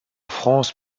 france